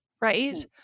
right